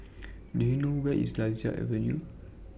Do YOU know Where IS Lasia Avenue